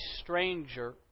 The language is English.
stranger